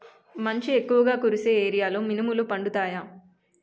మంచు ఎక్కువుగా కురిసే ఏరియాలో మినుములు పండుతాయా?